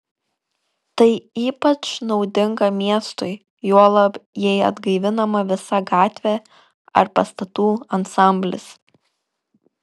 tai ypač naudinga miestui juolab jei atgaivinama visa gatvė ar pastatų ansamblis